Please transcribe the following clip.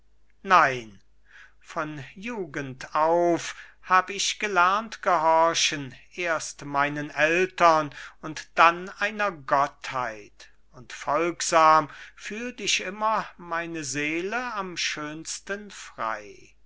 nein von jugend auf hab ich gelernt gehorchen erst meinen eltern und dann einer gottheit und folgsam fühlt ich immer meine seele am schönsten frei